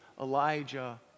Elijah